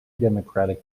democratic